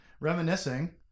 reminiscing